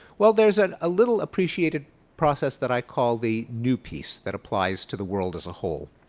well there's ah a little appreciated process that i call the new peace that applies to the world as a whole.